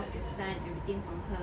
the son everything from her